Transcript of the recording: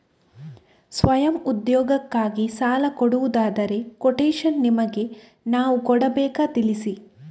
ಸ್ವಯಂ ಉದ್ಯೋಗಕ್ಕಾಗಿ ಸಾಲ ಕೊಡುವುದಾದರೆ ಕೊಟೇಶನ್ ನಿಮಗೆ ನಾವು ಕೊಡಬೇಕಾ ತಿಳಿಸಿ?